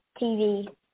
TV